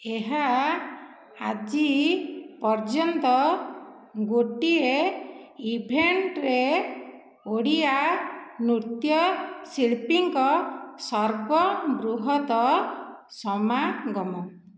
ଏହା ଆଜି ପର୍ଯ୍ୟନ୍ତ ଗୋଟିଏ ଇଭେଣ୍ଟରେ ଓଡ଼ିଆ ନୃତ୍ୟଶିଳ୍ପୀଙ୍କ ସର୍ବବୃହତ ସମାଗମ